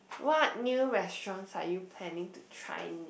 what new restaurants are you planning to try next